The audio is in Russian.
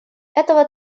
этого